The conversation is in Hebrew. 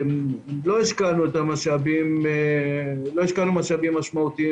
לא השקענו משאבים משמעותיים,